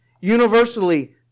Universally